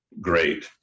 great